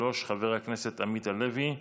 של חבר הכנסת עמית הלוי,